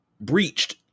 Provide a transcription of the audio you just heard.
breached